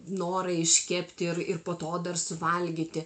norą iškepti ir ir po to dar suvalgyti